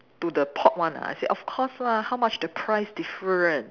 to the pot one ah I say of course how much the price different